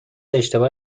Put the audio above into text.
اشتباه